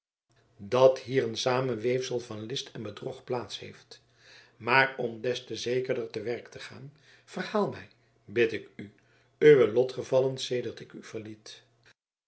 dat hier een samenweefsel van list en bedrog plaats heeft maar om des te zekerder te werk te gaan verhaal mij bid ik u uwe lotgevallen sedert ik u verliet